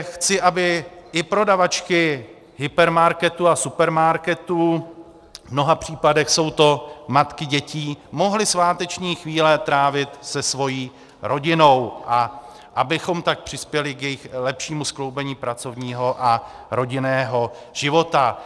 Chci, aby i prodavačky hypermarketů a supermarketů, v mnoha případech jsou to matky dětí, mohly sváteční chvíle trávit se svou rodinou a abychom tak lépe přispěli k lepšímu skloubení pracovního a rodinného života.